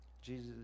Jesus